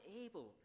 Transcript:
able